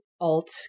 alt